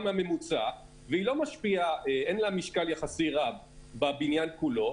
מהממוצע ואין לה משקל יחסי רב בבניין כולו,